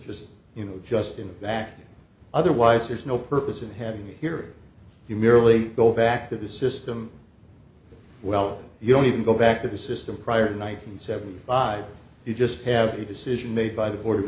just you know just in the back otherwise there's no purpose of having a hearing you merely go back to the system well you don't even go back to the system prior to nine hundred seventy five you just have a decision made by the board of